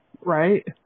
right